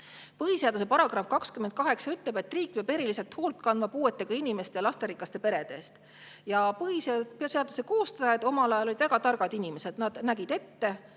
Põhiseaduse § 28 ütleb, et riik peab eriliselt hoolt kandma puuetega inimeste ja lasterikaste perede eest. Põhiseaduse koostajad omal ajal olid väga targad inimesed. Nad nägid ette